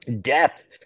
depth